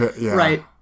Right